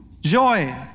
joy